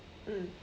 mm